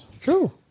True